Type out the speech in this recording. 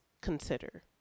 consider